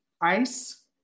ICE